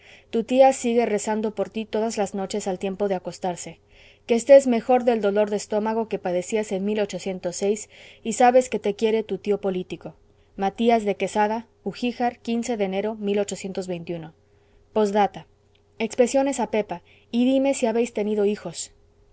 tu tía sigue rezando por ti todas las noches al tiempo de acostarse que estés mejor del dolor de estómago que padecías en y sabes que te quiere tu tío político matías de quesada ugíjar de enero posdata expresiones a pepa y dime si habéis tenido hijos